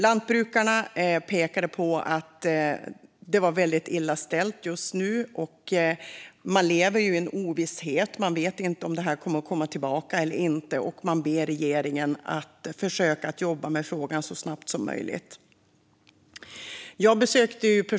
Lantbrukarna pekade på att det är väldigt illa ställt just nu och att man lever i ovisshet. Man vet inte om det här kommer att komma tillbaka eller inte, och man ber regeringen att försöka jobba med frågan så snabbt som möjligt.